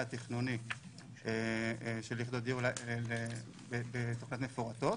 התכנוני של יחידות דיור בתוכניות מפורטות.